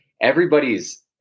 everybody's